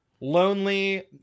lonely